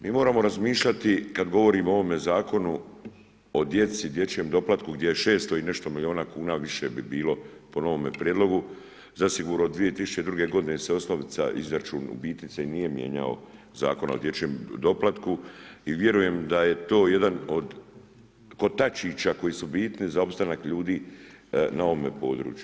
Mi moramo razmišljati, kada govorimo o ovome Zakonu o djeci i dječjem doplatku gdje je 600 i nešto miliona kuna više bi bilo po novome prijedlogu, zasigurno 2002. godine se osnovica, izračun u biti se i nije mijenjao Zakon o dječjem doplatku i vjerujem da je to jedan od kotačića koji su bitni za opstanak ljudi na ovome podruju.